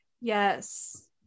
yes